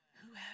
whoever